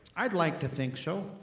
i'd like to think so.